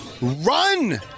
Run